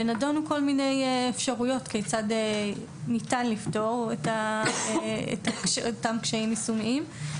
ונדונו כל מיני אפשרויות כיצד ניתן לפתור את אותם קשיים יישומיים.